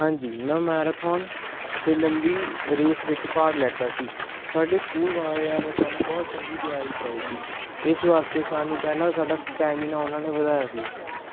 ਹਾਂਜੀ ਮੈਂ ਮੈਰਾਥੋਨ ਅਤੇ ਲੰਬੀ ਰੇਸ ਵਿੱਚ ਭਾਗ ਲਿਆ ਸੀ ਸਾਡੇ ਸਕੂਲ ਵਾਲਿਆਂ ਨੇ ਸਾਨੂੰ ਬਹੁਤ ਚੰਗੀ ਤਿਆਰੀ ਕਰਾਈ ਸੀ ਇਸ ਵਾਸਤੇ ਸਾਨੂੰ ਪਹਿਲਾਂ ਸਾਡਾ ਸਟਾਮਿਨਾ ਉਹਨਾਂ ਨੇ ਵਧਾਇਆ ਸੀ